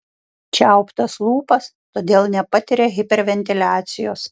čiauptas lūpas todėl nepatiria hiperventiliacijos